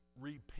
repent